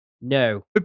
no